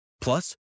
Plus